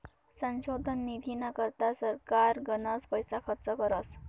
संशोधन निधीना करता सरकार गनच पैसा खर्च करस